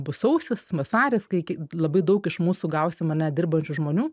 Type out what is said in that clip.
bus sausis vasaris kai labai daug iš mūsų gausim ane dirbančių žmonių